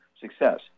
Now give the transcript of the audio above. success